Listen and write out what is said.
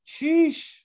Sheesh